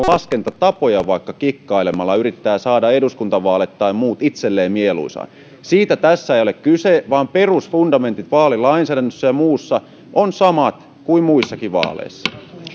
laskentatapoja kikkailemalla yrittää saada eduskuntavaaleista tai muista itselleen mieluisat siitä tässä ei ole kyse vaan perusfundamentit vaalilainsäädännössä ja muussa ovat samat kuin muissakin vaaleissa